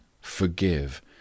forgive